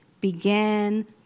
began